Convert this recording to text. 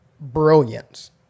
brilliance